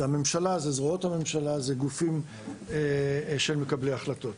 זה הממשלה, זרועות הממשלה, גופים של מקבלי החלטות.